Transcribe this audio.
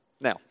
Now